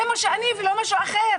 זה מה שאני ולא משהו אחר